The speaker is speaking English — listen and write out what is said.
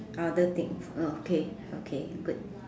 other things ah okay okay good